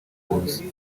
buvuzi